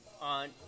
on